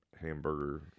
hamburger